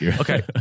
Okay